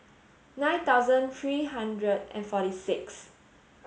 nine thousand three hundred and forty six